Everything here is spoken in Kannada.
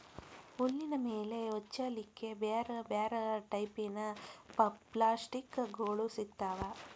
ಹುಲ್ಲಿನ ಮೇಲೆ ಹೊಚ್ಚಲಿಕ್ಕೆ ಬ್ಯಾರ್ ಬ್ಯಾರೆ ಟೈಪಿನ ಪಪ್ಲಾಸ್ಟಿಕ್ ಗೋಳು ಸಿಗ್ತಾವ